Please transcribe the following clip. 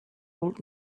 old